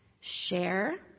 share